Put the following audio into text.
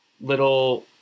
little